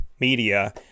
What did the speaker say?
media